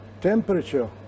temperature